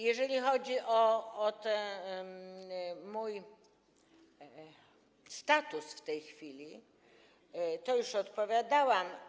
Jeżeli chodzi o mój status w tej chwili, to już odpowiadałam.